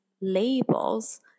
labels